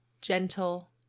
gentle